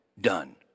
done